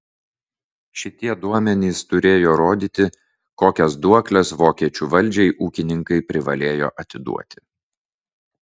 šitie duomenys turėjo rodyti kokias duokles vokiečių valdžiai ūkininkai privalėjo atiduoti